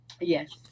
Yes